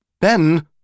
Ben